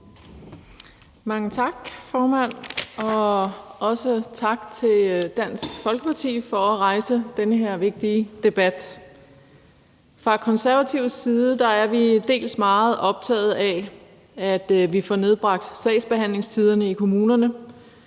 Mange tak, formand, og også tak til Dansk Folkeparti for at rejse den her vigtige debat. Fra Konservatives side er vi meget optaget af, at vi får nedbragt sagsbehandlingstiderne i kommunerne,